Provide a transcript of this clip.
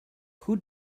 who